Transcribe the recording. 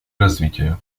развития